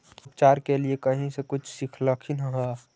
उपचार के लीये कहीं से कुछ सिखलखिन हा?